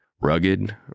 Rugged